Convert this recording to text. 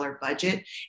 budget